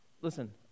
Listen